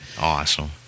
Awesome